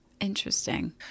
Interesting